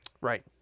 Right